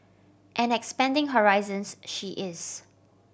and expanding horizons she is